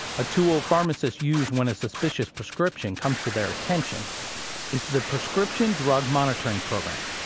a tool pharmacists use when a suspicious prescription comes to their attention is the prescription drug monitoring program.